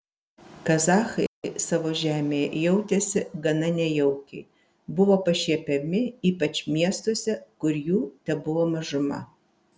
kazachai savo žemėje jautėsi gana nejaukiai buvo pašiepiami ypač miestuose kur jų tebuvo mažuma